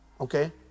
Okay